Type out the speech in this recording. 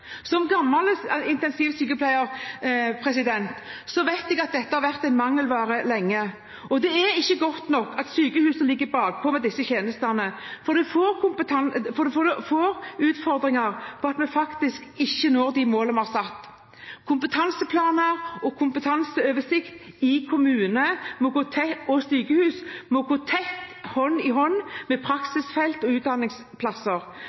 vet jeg at dette har vært en mangelvare lenge. Det er ikke godt nok at sykehusene ligger bakpå med disse tjenestene, for vi får utfordringer på at vi ikke når de målene vi har satt. Kompetanseplaner og kompetanseoversikt i kommuner og sykehus må gå tett hånd i hånd med